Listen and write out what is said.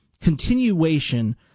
continuation